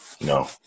No